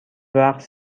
رقص